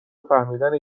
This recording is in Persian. فهمیدن